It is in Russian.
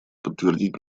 подтвердить